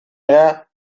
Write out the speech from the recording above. era